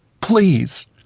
Please